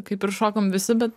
kaip ir šokom visi bet